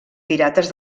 pirates